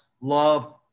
love